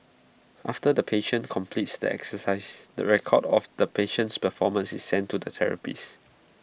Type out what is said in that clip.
after the patient completes the exercises the record of the patient's performance is sent to the therapist